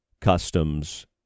customs